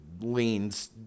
leans